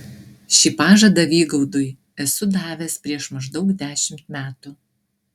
šį pažadą vygaudui esu davęs prieš maždaug dešimt metų